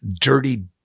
dirty